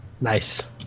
Nice